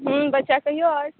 हॅं बच्चा कहियौ आर